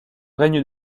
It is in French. règne